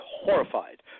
horrified